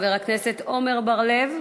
חבר הכנסת עמר בר-לב,